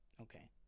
Okay